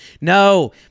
no